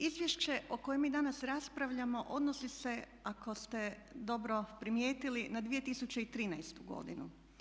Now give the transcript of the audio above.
Izvješće o kojem mi danas raspravljamo odnosi se ako ste dobro primijetili na 2013. godinu.